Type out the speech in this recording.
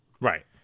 Right